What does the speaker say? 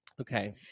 Okay